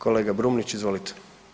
Kolega Brumnić, izvolite.